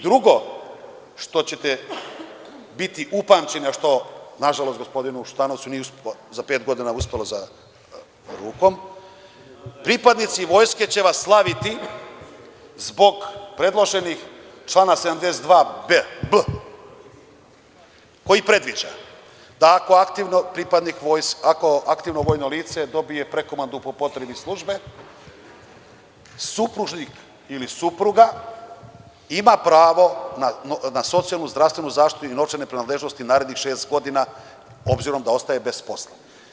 Drugo, što ćete biti upamćeni, a što gospodinu Šutanovcu nije uspelo za pet godina za rukom, pripadnici Vojske će vas slaviti zbog predloženog člana 72b koji predviđa da – ako aktivno pripadnik, aktivno vojno lice dobije prekomandu po potrebi službe, supružnik ili supruga ima pravo na socijalnu i zdravstvenu zaštitu i novčane prinadležnosti narednih šest godina, obzirom da ostaje bez posla.